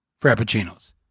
Frappuccinos